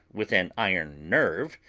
with an iron nerve,